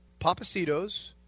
Papacitos